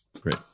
Great